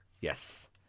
yes